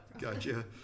Gotcha